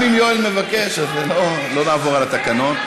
גם אם יואל מבקש אז לא נעבור על התקנון.